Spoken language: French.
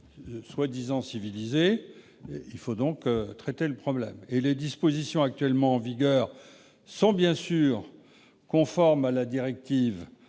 prétendument civilisés ! Il faut donc traiter le problème. Les dispositions actuellement en vigueur sont bien sûr conformes à la directive